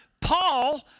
Paul